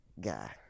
guy